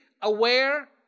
aware